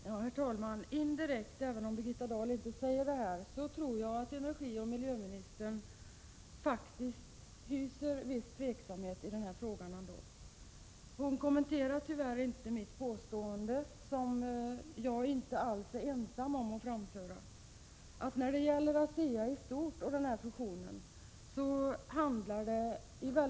Herr talman! Som jag sade i mitt förra inlägg — och här vill jag uppmana Viola Claesson att ordentligt läsa vad som står skrivet i papperen och lyssna på vad som sägs — initierades denna utredning långt innan ASEA Brown Boveri-affären var aktuell.